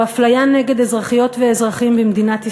הוא הפליה נגד אזרחיות ואזרחים במדינת ישראל.